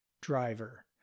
driver